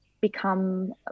become